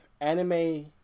anime